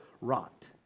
rot